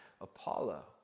Apollo